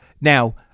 Now